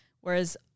whereas